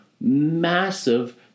massive